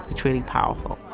it's really powerful.